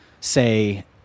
say